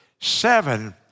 Seven